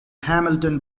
hamilton